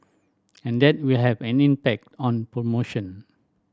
and that will have an impact on promotion